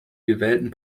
gewählten